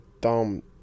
dumb